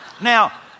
Now